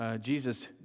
Jesus